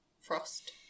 frost